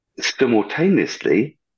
simultaneously